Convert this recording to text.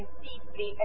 deeply